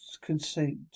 consent